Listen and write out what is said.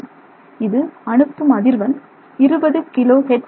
இது அனுப்பும் அதிர்வெண் 20 கிலோ ஹெர்ட்ஸ் அதிர்வெண்